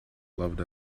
loved